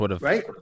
right